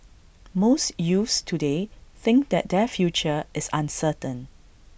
most youths today think that their future is uncertain